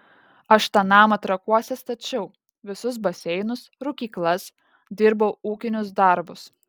aš tą namą trakuose stačiau visus baseinus rūkyklas dirbau ūkinius darbus